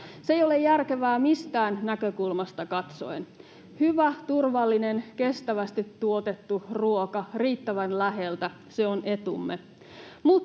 Se ei ole järkevää mistään näkökulmasta katsoen. Hyvä, turvallinen, kestävästi tuotettu ruoka riittävän läheltä — se on etumme.